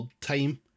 time